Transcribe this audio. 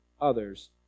others